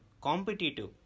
competitive